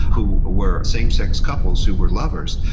who were same sex couples who were lovers,